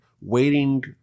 waiting